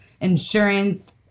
insurance